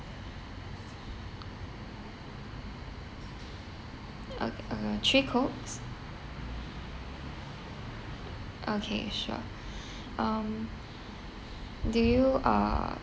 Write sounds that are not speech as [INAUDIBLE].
o~ uh three cokes okay sure [BREATH] um do you uh